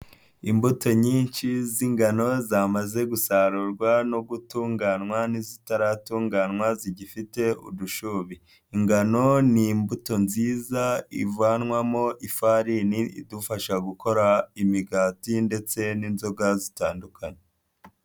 Imbuto nyinshi z'ingano zamaze gusarurwa no gutunganywa n'izitaratunganywa zigifite udushubi, ingano ni imbuto nziza ivanwamo ifarini idufasha gukora imigati ndetse n'inzoga zitandukanye.